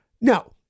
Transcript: No